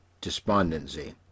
despondency